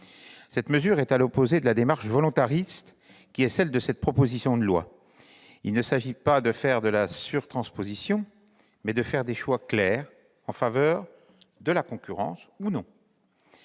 Cette mesure est à l'opposé de la démarche volontariste qui est celle de cette proposition de loi. Il ne s'agit pas de verser dans la « surtransposition », mais de faire des choix clairs, en faveur de l'ouverture à la concurrence ou non.